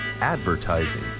Advertising